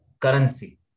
currency